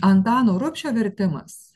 antano rubšio vertimas